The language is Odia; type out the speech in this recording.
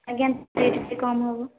ଆଜ୍ଞା ରେଟ୍ ଟିକିଏ କମ୍ ହବ